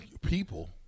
People